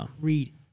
read